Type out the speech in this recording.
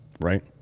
right